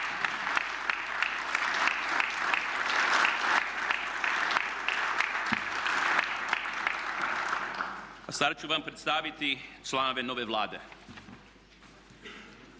A sad ću vam predstaviti članove nove Vlade.